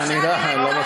נבחרת, אני לא יכול.